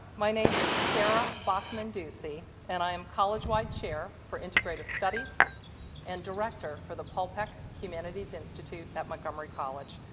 my name is sara bachman ducey and i am college-wide chair for integrative studies and director for the paul peck humanities institute at montgomery college.